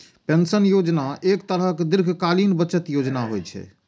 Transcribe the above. pension योजना एक तरहक दीर्घकालीन बचत योजना होइ छै